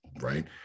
right